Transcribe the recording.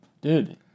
Dude